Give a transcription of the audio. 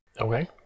Okay